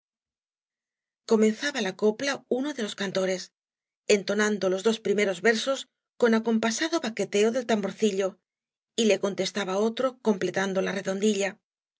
comenzaba la copla uno de los cantores entonando los dos primeros versos con acompasado baqueteo del tamborciilo y le contestaba otro completando la redondilla